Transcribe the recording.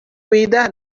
huida